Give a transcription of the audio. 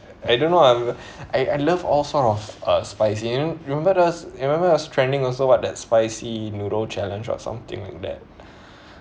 I don't know ah um I I love all sort of uh spicy you no~ you remember the you remember I was training also what that spicy noodle challenge or something like that